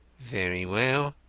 very well.